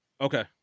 Okay